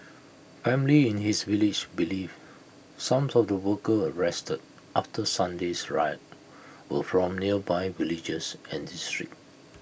families in his village believe some sort the workers arrested after Sunday's riot were from nearby villages and districts